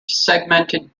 segmented